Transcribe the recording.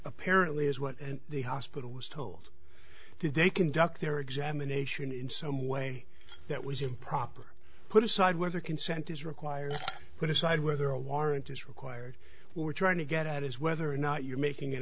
apparently is what the hospital was told that they conduct their examination in some way that was improper put aside whether consent is required to decide whether a warrant is required we're trying to get at is whether or not you're making an